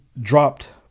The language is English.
dropped